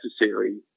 necessary